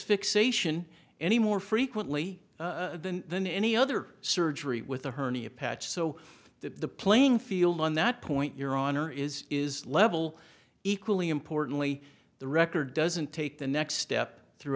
fixation any more frequently than any other surgery with a hernia patch so that the playing field on that point your honor is is level equally importantly the record doesn't take the next step through